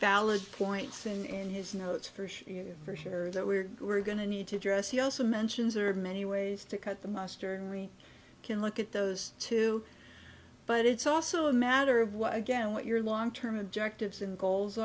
valid points and his notes for sure for sure that we're going to need to address he also mentions are many ways to cut the mustard and we can look at those too but it's also a matter of what again what your long term objectives and goals